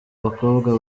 bakobwa